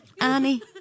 Annie